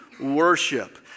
worship